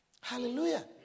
Hallelujah